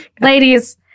ladies